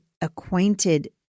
acquainted